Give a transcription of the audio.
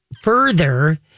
further